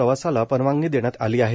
प्रवासाला परवानगी देण्यात आली आहे